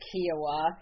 Kiowa